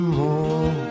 more